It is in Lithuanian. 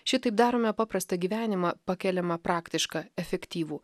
šitaip darome paprastą gyvenimą pakeliamą praktišką efektyvų